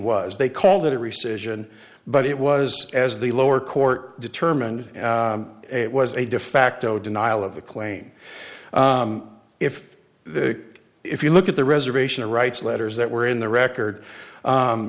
was they called it a recession but it was as the lower court determined it was a defacto denial of the claim if the if you look at the reservation or writes letters that were in the record